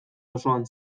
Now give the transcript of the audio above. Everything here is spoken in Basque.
osoan